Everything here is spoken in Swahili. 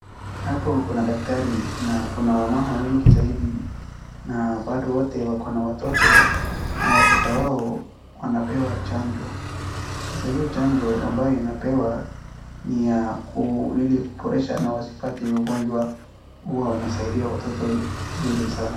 Hapo kuna daktari na kuna wamama wengi zaidi. Na bado wote wako na watoto na watoto wao wanapewa chanjo. Sasa hiyo chanjo ambayo inapewa ni ya ili kuboresha ili wasipate ugonjwa. Hua wanasaidia watoto vizuri sana.